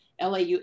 LAU